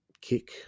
kick